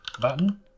button